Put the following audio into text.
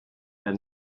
and